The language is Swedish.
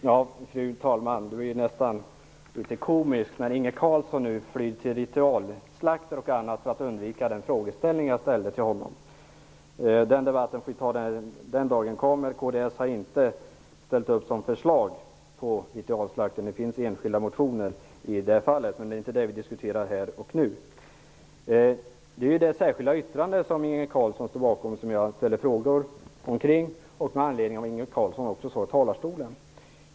Fru talman! Det var nästan komiskt när Inge Carlsson tar upp ritualslakt och annat för att undvika den fråga som jag ställde till honom. Den debatten får vi ta den dag den frågan skall diskuteras. Kds har inte väckt något förslag om ritualslakt, det finns enskilda motioner. Men det är inte det vi diskuterar här och nu. Det är det särskilda yttrande som Inge Carlsson står bakom som jag ställde frågor omkring och med anledning av det han sade i talarstolen.